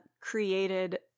created